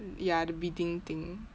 ya the bidding thing